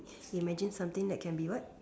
you imagine something that can be what